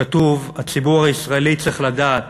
כתוב: הציבור הישראלי צריך לדעת